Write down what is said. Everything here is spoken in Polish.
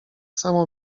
samo